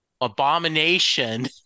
abomination